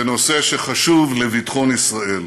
בנושא שחשוב לביטחון ישראל,